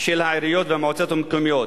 של העיריות והמועצות המקומיות,